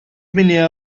been